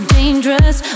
dangerous